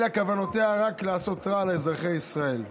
אלא כוונותיה רק לעשות רע לאזרחי ישראל.